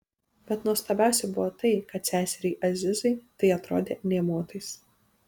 bet nuostabiausia buvo tai kad seseriai azizai tai atrodė nė motais